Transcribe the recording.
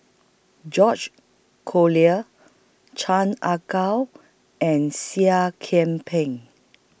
George Collyer Chan Ah Kow and Seah Kian Peng